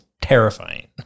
terrifying